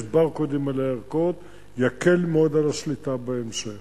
יש ברקודים על הערכות, יקל מאוד על השליטה בהמשך.